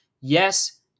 yes